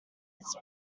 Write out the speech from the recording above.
its